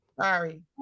sorry